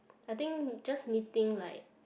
I think just meeting like